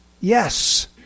Yes